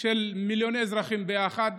ושל מיליוני אזרחים ביחד,